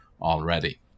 already